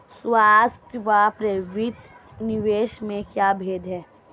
स्वायत्त व प्रेरित निवेश में क्या भेद है?